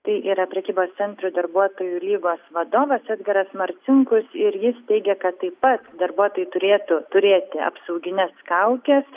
tai yra prekybos centrų darbuotojų lygos vadovas edgaras marcinkus ir jis teigė kad taip pat darbuotojai turėtų turėti apsaugines kaukes